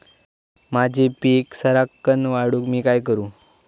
माझी पीक सराक्कन वाढूक मी काय करू?